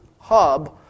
hub